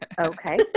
Okay